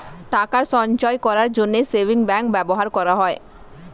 টাকা সঞ্চয় করার জন্য সেভিংস ব্যাংক ব্যবহার করা হয়